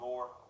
More